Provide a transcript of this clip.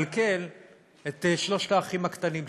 מכלכל את שלושת האחים הקטנים שלו.